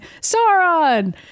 Sauron